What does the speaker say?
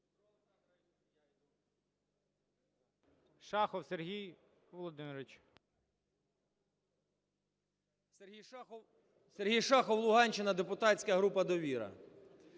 Сергій Шахов, Луганщина, депутатська група "Довіра".